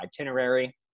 itinerary